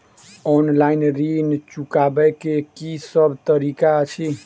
Online ऋण चुकाबै केँ की सब तरीका अछि?